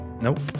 Nope